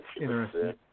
Interesting